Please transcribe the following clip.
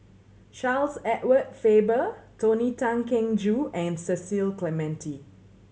Charles Edward Faber Tony Tan Keng Joo and Cecil Clementi